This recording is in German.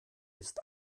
ist